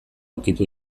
ukitu